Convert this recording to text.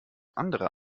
andere